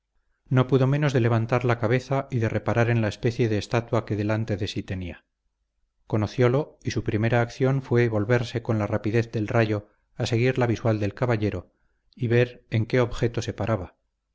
no pudo menos de levantar la cabeza y de reparar en la especie de estatua que delante de sí tenía conociólo y su primera acción fue volverse con la rapidez del rayo a seguir la visual del caballero y ver en qué objeto se paraba